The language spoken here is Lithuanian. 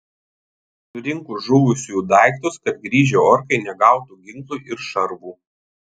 surinko žuvusiųjų daiktus kad grįžę orkai negautų ginklų ir šarvų